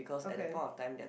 okay